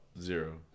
Zero